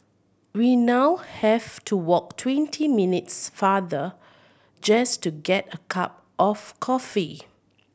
we now have to walk twenty minutes farther just to get a cup of coffee